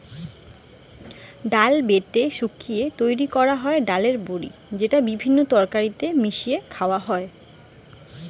ডাল বেটে শুকি লিয়ে তৈরি কোরা হয় ডালের বড়ি যেটা বিভিন্ন তরকারিতে মিশিয়ে খায়া হয়